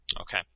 Okay